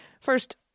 First